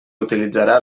utilitzarà